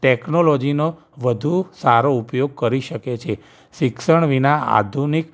ટૅકનોલોજીનો વધુ સારો ઉપયોગ કરી શકે છે શિક્ષણ વિના આધુનિક